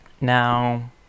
Now